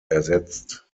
ersetzt